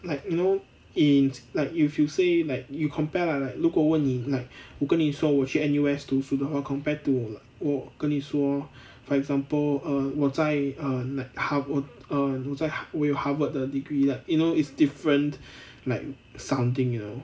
like you know eh it's like if you say like you compare lah like 如果我问你 like 我跟你说我去 N_U_S 读书的话 compared to 我跟你说 for example err 我在 err ha~ 我在 err 我有 harvard 的 degree lah you know is different like something you know